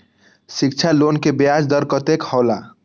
शिक्षा लोन के ब्याज दर कतेक हौला?